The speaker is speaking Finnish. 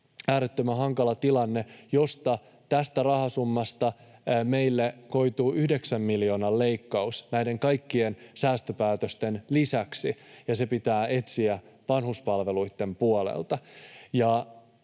äärettömän hankala tilanne, kun tästä rahasummasta meille koituu yhdeksän miljoonan leikkaus näiden kaikkien säästöpäätösten lisäksi, ja se pitää etsiä vanhuspalveluitten puolelta.